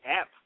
app